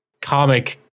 comic